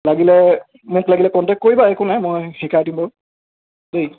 লাগিলে মোক লাগিলে কন্টেক কৰিবা একো নাই মই শিকাই দিম বাৰু দেই